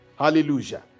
Hallelujah